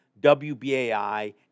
WBAI